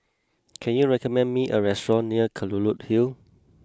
can you recommend me a restaurant near Kelulut Hill